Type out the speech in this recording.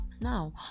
now